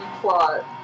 plot